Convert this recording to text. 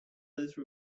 those